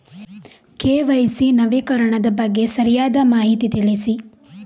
KYC ನವೀಕರಣದ ಬಗ್ಗೆ ಸರಿಯಾದ ಮಾಹಿತಿ ತಿಳಿಸಿ?